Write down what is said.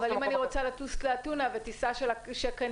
אבל אם אני רוצה לטוס לאתונה בטיסה שקניתי